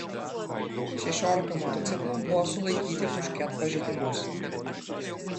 šešiolika motociklų buvo sulaikyti už ket pažeidimus